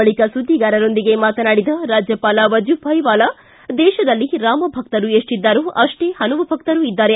ಬಳಿಕ ಸುದ್ದಿಗಾರರೊಂದಿಗೆ ಮಾತನಾಡಿದ ರಾಜ್ಜಪಾಲ ವಜೂಭಾಯಿ ವಾಲಾ ದೇತದಲ್ಲಿ ರಾಮಭಕ್ತರು ಎಷ್ಟಿದ್ದಾರೊ ಅಷ್ಟೇ ಹನುಮಭಕ್ತರೂ ಇದ್ದಾರೆ